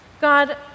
God